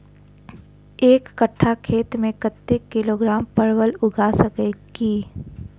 एक कट्ठा खेत मे कत्ते किलोग्राम परवल उगा सकय की??